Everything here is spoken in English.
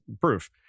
proof